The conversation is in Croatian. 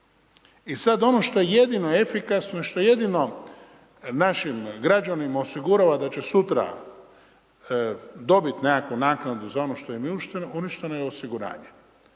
I sada ono što je jedino efikasno, što jedino našim građanima osigurava da će sutra dobiti nekakvu naknadu, za ono što je uništeno je osiguranje.